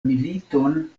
militon